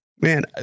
man